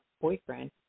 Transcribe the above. boyfriend